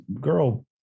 girl